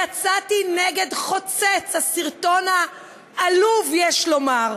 יצאתי חוצץ נגד הסרטון העלוב, יש לומר,